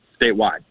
statewide